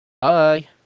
Bye